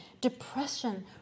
depression